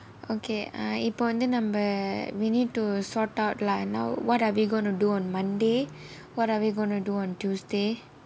okay uh இப்போ நம்ம வந்து நம்ம:ippo namma vanthu namma we need to sort out lah now what are we going to do on monday what are we gonna do on tuesday